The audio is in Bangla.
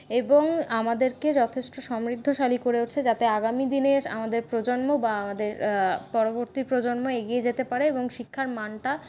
এবং আমাদেরকে যথেষ্ট সমৃদ্ধশালী করেওছে যাতে আগামী দিনের আমাদের প্রজন্ম বা আমাদের পরবর্তী প্রজন্ম এগিয়ে যেতে পারে এবং শিক্ষার মানটা